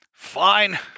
Fine